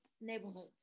neighborhoods